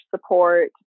support